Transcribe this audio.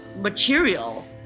material